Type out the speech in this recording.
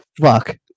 fuck